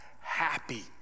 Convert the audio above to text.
happy